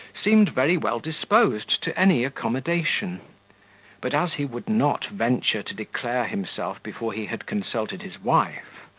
seemed very well disposed to any accommodation but as he would not venture to declare himself before he had consulted his wife,